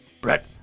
Brett